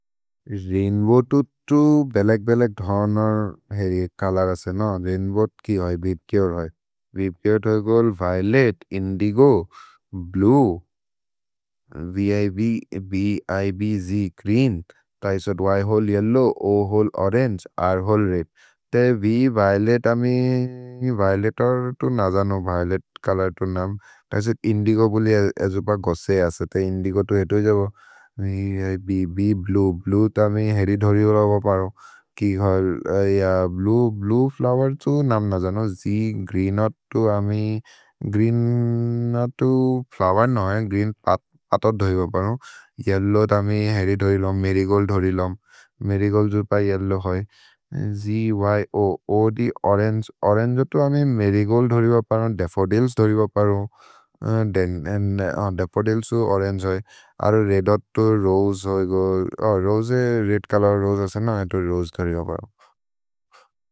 रैन्बोव् तु तु बेलक्बेलक् धनर् हेरि कलर् असे न रैन्बोव् कि होइ?। भिप् क्योर् होइ?। भिप् क्योर् होइ गोल् विओलेत्, इन्दिगो, ब्लुए, विब्, बिब्ज्, ग्रीन् तैसोत् य्होले येल्लोव्, ओहोले ओरन्गे, र्होले रेद् तै व्विओलेत् अमि। विओलेत् अर् तु नजनो विओलेत् कलर् तु नाम् तैसोत् इन्दिगो बोलि अजुप गोसे असे इन्दिगो तु हेतो हि जबो ब्ब्, ब्लुए, ब्लुए तमि हेरि धोरि बोपरो कि होइ?। भ्लुए, ब्लुए फ्लोवेर् तु नाम् नजनो ज्ग्रीन् अर् तु अमि। ग्रीन् अर् तु फ्लोवेर् नहि ग्रीन् पतत् धोरि बोपरो येल्लोव् तमि हेरि धोरिलोम् मरिगोल्द् धोरिलोम् मरिगोल्द् जुप येल्लोव् होइ ज्यूद्। ओरन्गे ओरन्गे तु अमि मरिगोल्द् धोरि बोपरो दफ्फोदिल्स् धोरि बोपरो दफ्फोदिल्स् तु ओरन्गे होइ अरु रेद् अर् तु रोसे होइ रोसे, रेद् कलर् रोसे असे न एतो रोसे धोरि बोपरो।